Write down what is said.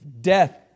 Death